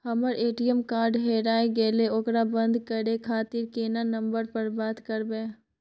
हमर ATM card हेराय गेले ओकरा बंद करे खातिर केना नंबर पर बात करबे?